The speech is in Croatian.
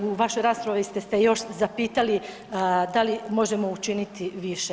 U vašoj raspravi ste još se zapitali da li možemo učiniti više?